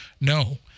No